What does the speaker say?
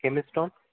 கெமிஸ்டோன்